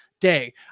day